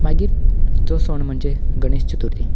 मागीर जो सण म्हणजे गणेश चतुर्थी